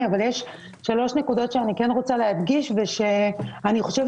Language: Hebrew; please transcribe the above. אבל יש שלוש נקודות שאני כן רוצה להדגיש ואני חושב